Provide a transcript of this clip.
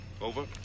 Over